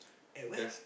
at where